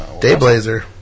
Dayblazer